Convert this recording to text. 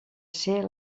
ser